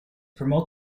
promote